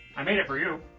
i made it for you.